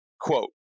Quote